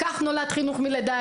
כך אגב נולד חינוך מלידה.